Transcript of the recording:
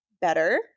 better